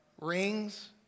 Rings